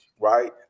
right